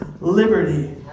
liberty